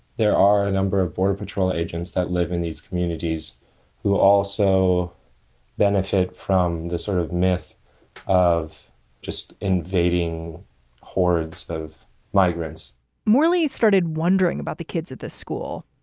there are a number of border patrol agents that live in these communities who also benefit from the sort of myth of just invading hordes of migrants morley started wondering about the kids at the school,